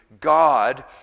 god